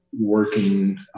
working